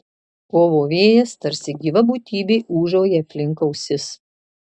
kovo vėjas tarsi gyva būtybė ūžauja aplink ausis